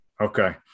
Okay